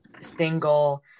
single